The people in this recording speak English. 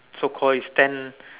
so called is stand